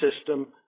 system